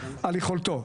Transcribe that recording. על יכולתו.